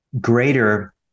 greater